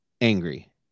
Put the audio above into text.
angry